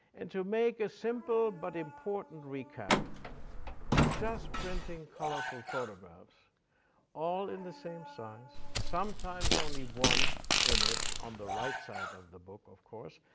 and to make a simple but important recap just printing colorful photographs all in the same size, sometimes only one image on the right side of the book, of course,